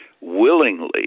willingly